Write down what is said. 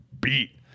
beat